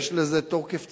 יש לזה תוקף ציבורי.